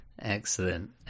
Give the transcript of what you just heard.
Excellent